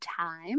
time